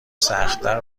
سختتر